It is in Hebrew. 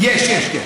יש, יש.